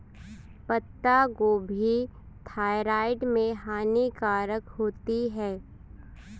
पत्ता गोभी थायराइड में हानिकारक होती है